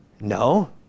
No